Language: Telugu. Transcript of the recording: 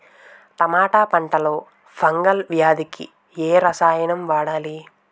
టమాటా పంట లో ఫంగల్ వ్యాధికి ఏ రసాయనం వాడాలి?